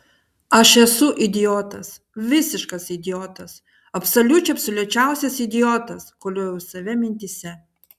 aš esu idiotas visiškas idiotas absoliučių absoliučiausias idiotas koliojau save mintyse